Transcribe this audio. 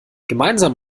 gemeinsam